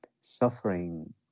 suffering